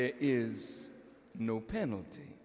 there is no penalty